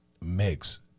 mix